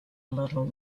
little